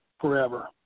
forever